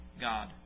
God